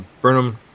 Burnham